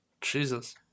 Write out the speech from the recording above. Jesus